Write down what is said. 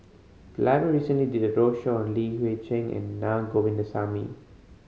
the library recently did a roadshow on Li Hui Cheng and Na Govindasamy